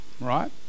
right